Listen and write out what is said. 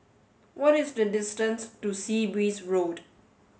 what is the distance to Sea Breeze Road